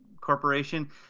corporation